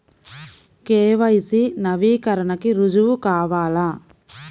KYC నవీకరణకి రుజువు కావాలా?